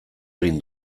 egin